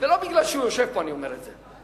ולא בגלל שהוא יושב פה אני אומר את זה.